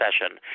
session